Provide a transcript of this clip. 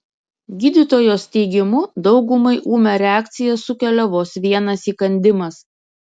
gydytojos teigimu daugumai ūmią reakciją sukelia vos vienas įkandimas